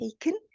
taken